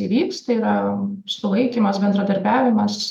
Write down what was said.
įvyks tai yra sulaikymas bendradarbiavimas